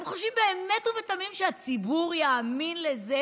הם חושבים באמת ובתמים שהציבור יאמין לזה,